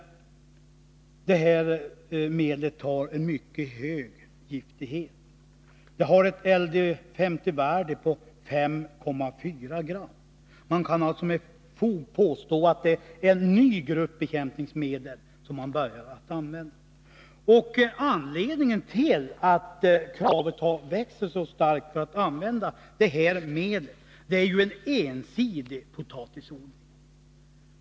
Detta medel har en mycket hög giftighet — det har ett LD 50-värde på 5,4 gram. Man kan alltså med fog påstå att det är en ny grupp bekämpningsmedel som börjar användas. Anledningen till att kravet har växt sig så starkt för att få använda detta medel är en ensidig potatisodling.